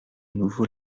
nouveau